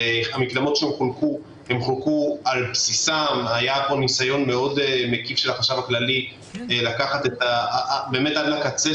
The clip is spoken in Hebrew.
במקדמות שחולקו היה ניסיון מאוד מקיף של החשב הכללי לקחת את זה עד הקצה.